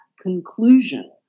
conclusion